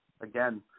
Again